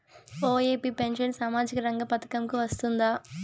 OAP pension సామాజిక రంగ పథకం కు వస్తుందా?